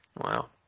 Wow